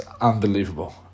unbelievable